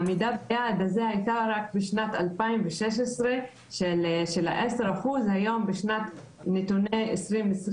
העמידה ביעד הזה היתה רק בשנת 2016. היום בנתוני שנת 2020,